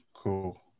Cool